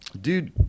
Dude